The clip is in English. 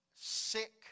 sick